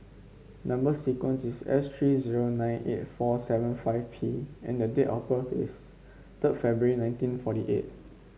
number sequence is S three zero nine eight four seven P and date of birth is third February nineteen forty eight